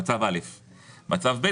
במצב ב',